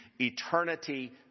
eternity